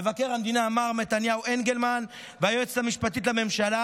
למבקר המדינה מר מתניהו אנגלמן וליועצת המשפטית לממשלה